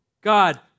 God